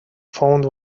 found